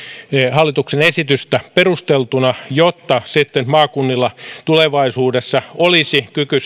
hallituksen esitystä perusteltuna jotta sitten maakunnilla tulevaisuudessa olisi kyky